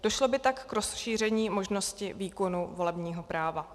Došlo by tak k rozšíření možnosti výkonu volebního práva.